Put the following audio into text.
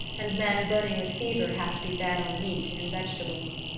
and men burning with fever have to be fed on meat and vegetables.